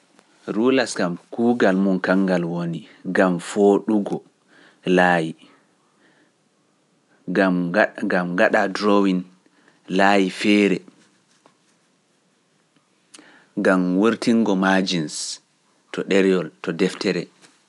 Rulers kam kuugal mum kanngal woni, ngam fooɗugo laayi, ngam ngaɗ, ngam ngaɗaa drawing laayi feere, ngam wurtinngo margins to ɗerewol to deftere.